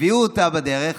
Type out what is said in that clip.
הביאו אותה בדרך,